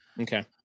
okay